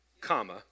comma